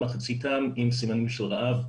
מחציתם עם סימנים של רעב.